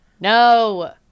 No